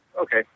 Okay